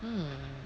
mm